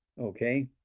okay